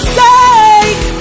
sake